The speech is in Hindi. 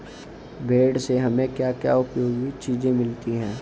भेड़ से हमें क्या क्या उपयोगी चीजें मिलती हैं?